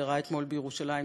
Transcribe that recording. שאירע אתמול בירושלים,